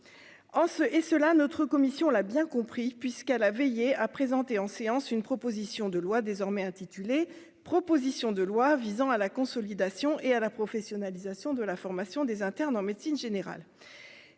en ce et ceux notre commission l'a bien compris puisqu'elle a veillé à présenter en séance une proposition de loi désormais intitulé : proposition de loi visant à la consolidation et à la professionnalisation de la formation des internes en médecine générale,